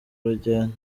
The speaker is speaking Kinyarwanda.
rugendo